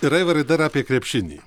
ir aivarai dar apie krepšinį